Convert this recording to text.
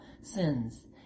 sins